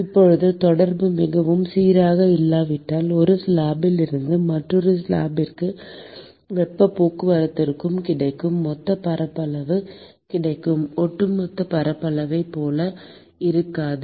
இப்போது தொடர்பு மிகவும் சீராக இல்லாவிட்டால் ஒரு ஸ்லாப்பில் இருந்து மற்றொரு ஸ்லாபிற்கு வெப்பப் போக்குவரத்துக்குக் கிடைக்கும் மொத்த பரப்பளவு கிடைக்கும் ஒட்டுமொத்த பரப்பளவைப் போல இருக்காது